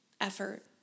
effort